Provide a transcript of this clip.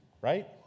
Right